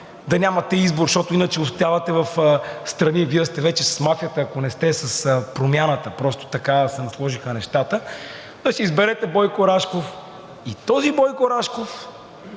да нямате избор, защото иначе успявате встрани – Вие сте вече с мафията, ако не сте с Промяната, просто така се сложиха нещата. Пък си изберете Бойко Рашков и този Бойко Рашков